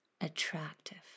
attractive